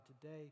today